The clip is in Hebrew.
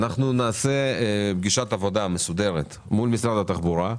אנחנו נעשה פגישת עבודה מסודרת מול משרד התחבורה,